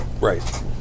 Right